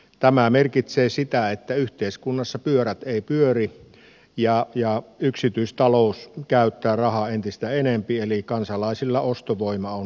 tämä merkitsee sitä että yhteiskunnassa pyörät eivät pyöri ja yksityistalous käyttää rahaa entistä enempi eli kansalaisilla ostovoima on hiipunut